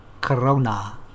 Corona